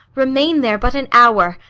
remain there but an hour,